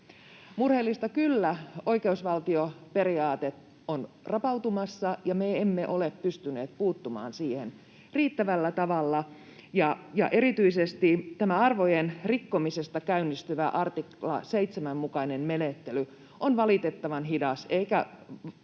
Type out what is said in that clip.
Murheellista kyllä, oikeusvaltioperiaate on rapautumassa, ja me emme ole pystyneet puuttumaan siihen riittävällä tavalla. Erityisesti arvojen rikkomisesta käynnistyvä artikla 7:n mukainen menettely on valitettavan hidas, eikä oikeastaan